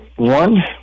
One